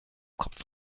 kopf